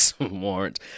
Warrant